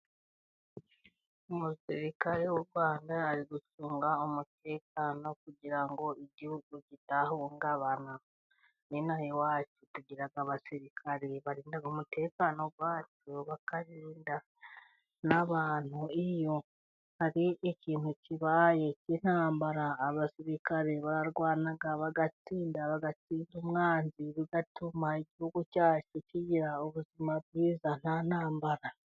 Umusirikare w'u Rwanda ari gucunga umutekano kugira ngo igihugu kidahungabana. N'ino aha iwacu tugira abasirikare barinda umutekano wacyo bakarinda n'abantu. Iyo hari ikintu kibaye cy'intambara, abasirikare bararwana bagatsinda, bagatsinda umwanzi, bigatuma igihugu cyacu kigira ubuzima bwiza nta ntambara.